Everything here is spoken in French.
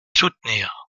soutenir